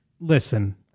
listen